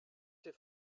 ses